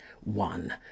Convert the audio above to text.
one